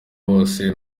bose